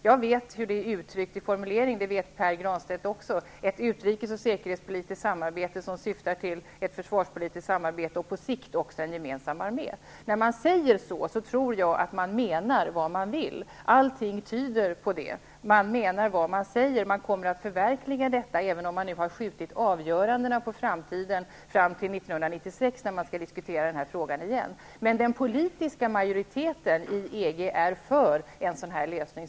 Jag vet hur det är uttryckt i formuleringen, och det vet Pär Granstedt också. Man talar om ett utrikes och säkerhetspolitiskt samarbete som syftar till ett försvarpolitisk samarbete och på sikt också en gemensam armé. När man säger så, tror jag att man menar vad man vill. Allt tyder på det. Man menar vad man säger. Man kommer att förverkliga detta, även om man har skjutit avgörandet på framtiden, fram till 1996 då frågan åter skall diskuteras. Men den politiska majoriteten inom EG är för en sådan lösning.